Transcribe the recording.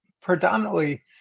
predominantly